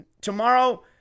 Tomorrow